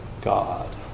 God